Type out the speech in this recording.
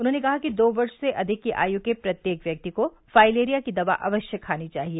उन्होंने कहा कि दो वर्ष से अधिक की आय के प्रत्येक व्यक्ति को फाइलेरिया की दवा अवश्य खानी चाहिए